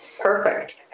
Perfect